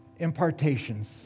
impartations